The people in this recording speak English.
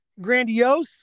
grandiose